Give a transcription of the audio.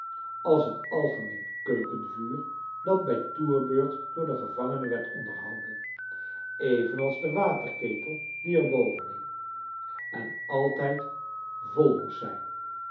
als het algemeene keukenvuur dat bij toerbeurt door de gevangenen werd onderhouden evenals de waterketel die er boven hing en altijd vol moest zijn